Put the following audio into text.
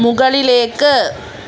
മുകളിലേക്ക്